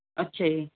ਅੱਛਾ ਜੀ